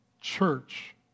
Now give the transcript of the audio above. church